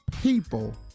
people